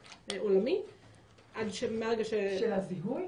מהרגע של הזיהוי?